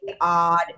odd